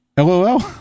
lol